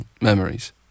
memories